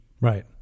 right